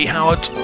Howard